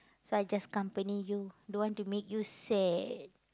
so I just company you don't want to make you sad